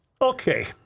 Okay